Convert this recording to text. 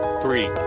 three